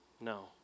No